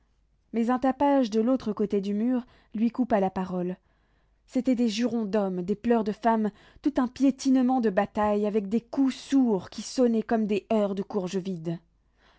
mais un tapage de l'autre côté du mur lui coupa la parole c'étaient des jurons d'homme des pleurs de femme tout un piétinement de bataille avec des coups sourds qui sonnaient comme des heurts de courge vide